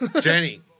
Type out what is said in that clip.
Jenny